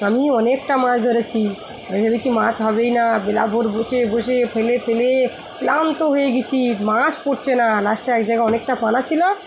আমি অনেকটা মাছ ধরেছি আমি ভেবেছি মাছ হবেই না বেলা ভোর বসে বসে ফেলে ফেলে ক্লান্ত হয়ে গেছি মাছ পড়ছে না লাস্টে এক জায়গায় অনেকটা পানা ছিল